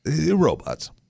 robots